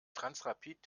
transrapid